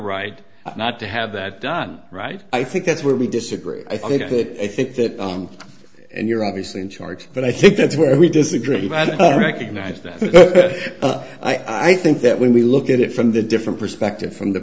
right not to have that done right i think that's where we disagree i think it could i think that and you're obviously in charge but i think that's where we disagree recognize that i think that when we look at it from the different perspective from the